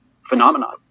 phenomenon